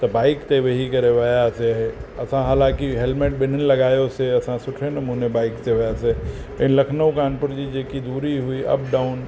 त बाइक ते वेही करे वियासीं असां हालांकि हेलमेट ॿिन्हिनि लॻायोसीं असां सुठे नमूने बाइक ते वियासीं ऐं लखनऊ कानपुर जी जेकी दूरी हुई अपडाउन